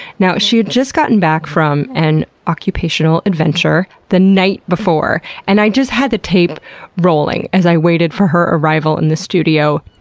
she had just gotten back from an occupational adventure the night before, and i just had the tape rolling as i waited for her arrival in the studio,